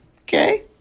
Okay